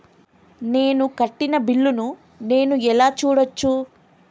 నేను కట్టిన బిల్లు ను నేను ఎలా చూడచ్చు?